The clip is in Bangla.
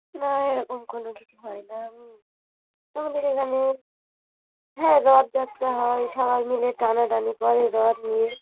হ্যাঁ এরকম কোনো কিছু হয় না এমাদের এখানে হ্যাঁ রথ যাত্রা হয় সবাই মিলে টানা টানি করে রথ নিয়ে